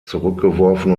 zurückgeworfen